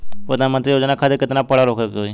प्रधानमंत्री योजना खातिर केतना पढ़ल होखे के होई?